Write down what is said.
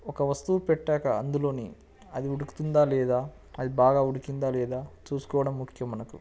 ఒక వస్తువు పెట్టాక అందులోని అది ఉడుకుతుందా లేదా అది బాగా ఉడికిందా లేదా చూసుకోవడం ముఖ్యం మనకు